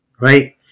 right